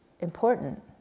important